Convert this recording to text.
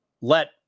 let